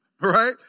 right